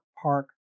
Park